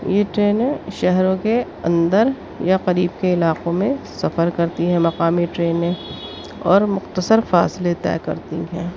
یہ ٹرینیں شہروں کے اندر یا قریب کے علاقوں میں سفر کرتی ہیں مقامی ٹرینیں اور مختصر فاصلے طے کرتی ہیں